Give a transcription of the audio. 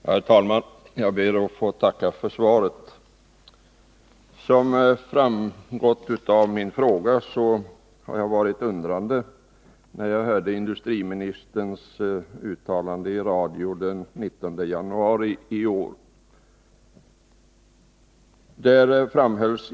Herr talman! Jag ber att få tacka för svaret. Som framgått av min interpellation var jag undrande när jag hörde industriministerns uttalande i radio den 19 januari i år.